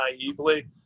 naively